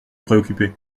préoccuper